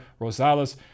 rosales